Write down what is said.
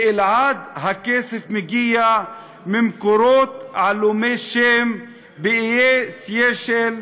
באלע"ד הכסף מגיע ממקורות עלומי-שם באיי-סיישל,